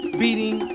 beating